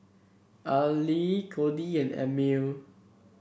Aili Cody and Emile